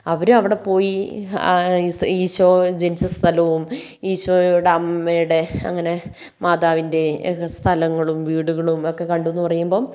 അവർ അവിടെപോയി ഈശോ ജനിച്ച സ്ഥലവും ഈശോയുടെ അമ്മയുടെ അങ്ങനെ മാതാവിന്റെ സ്ഥലങ്ങളും വീടുകളും ഒക്കെ കണ്ടുയെന്നു പറയുമ്പം